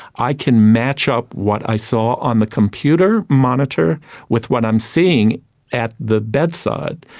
i can match up what i saw on the computer monitor with what i'm seeing at the bedside.